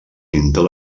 pintor